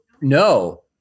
No